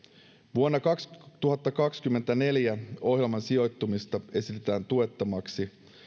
vuonna kaksituhattakaksikymmentäneljä toimiston sijoittumista esitetään tuettavaksi